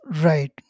Right